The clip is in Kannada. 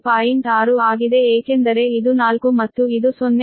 6 ಆಗಿದೆ ಏಕೆಂದರೆ ಇದು 4 ಮತ್ತು ಇದು 0